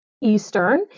Eastern